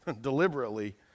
deliberately